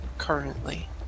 Currently